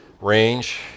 range